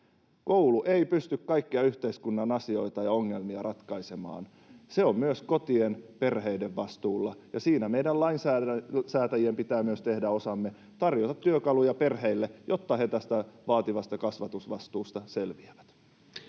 Koulu ei pysty kaikkia yhteiskunnan asioita ja ongelmia ratkaisemaan. Se on myös kotien ja perheiden vastuulla, ja siinä meidän lainsäätäjien pitää myös tehdä osamme, tarjota työkaluja perheille, jotta he tästä vaativasta kasvatusvastuusta selviävät.